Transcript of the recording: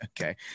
Okay